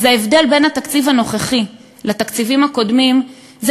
אז ההבדל בין התקציב הנוכחי לתקציבים הקודמים זה